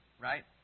right